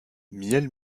miel